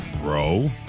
bro